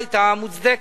השביתה היתה מוצדקת